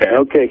okay